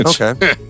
Okay